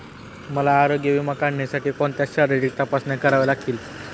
मला आरोग्य विमा काढण्यासाठी कोणत्या शारीरिक तपासण्या कराव्या लागतील?